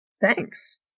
Thanks